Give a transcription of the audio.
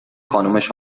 خانومش